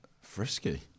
Frisky